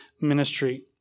ministry